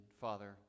Father